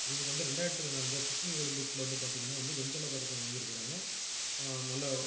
இவங்க வந்து ரெண்டாயிரத்தில் நடந்த சிட்னி ஒலிம்பிக்ஸில் வந்து பார்த்தீங்கன்னா வந்து வெண்கலப் பதக்கம் வாங்கியிருக்கிறாங்க நல்ல